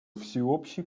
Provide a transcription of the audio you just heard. всеобщий